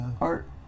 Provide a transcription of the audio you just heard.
art